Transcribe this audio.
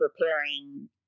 preparing